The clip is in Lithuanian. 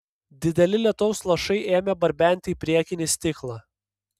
dideli lietaus lašai ėmė barbenti į priekinį stiklą